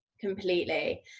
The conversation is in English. Completely